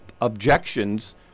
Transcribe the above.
objections